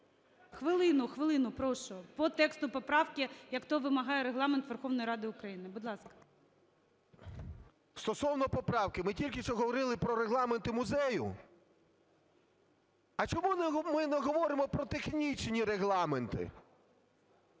Хвилину, хвилину. Прошу. По тексту поправки, як того вимагає Регламент Верховної Ради України. Будь ласка. 16:28:50 ШУФРИЧ Н.І. Стосовно поправки. Ми тільки що говорили про регламенти музею, а чому ми не говоримо про технічні регламенти?